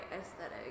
aesthetic